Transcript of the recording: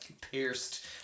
pierced